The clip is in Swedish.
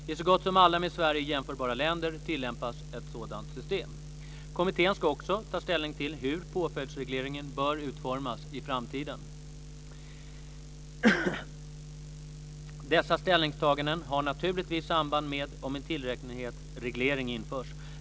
I så gott som alla med Sverige jämförbara länder tillämpas ett sådant system. Kommittén ska också ta ställning till hur påföljdsregleringen bör utformas i framtiden. Dessa ställningstaganden har naturligtvis samband med om en tillräknelighetsreglering införs.